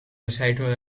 recital